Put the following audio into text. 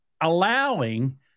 allowing